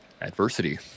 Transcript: adversity